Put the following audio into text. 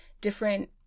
different